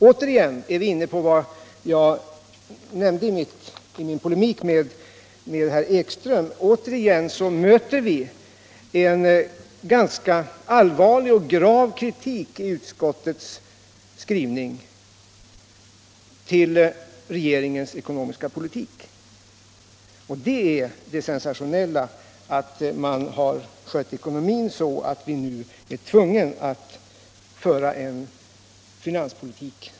Återigen är vi inne på vad jag nämnde i min polemik med herr Ekström, nämligen att det är en ganska allvarlig kritik av regeringens ekonomiska politik i utskottets skrivning. Det sensationella är alltså att regeringen har skött ekonomin så att vi nu är tvungna att föra en mycket stram finanspolitik.